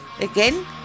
again